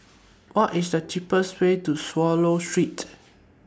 What IS The cheapest Way to Swallow Street